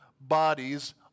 bodies